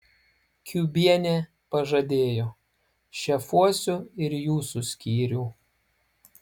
kiubienė pažadėjo šefuosiu ir jūsų skyrių